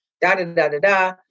da-da-da-da-da